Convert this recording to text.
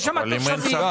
יש שם תושבים.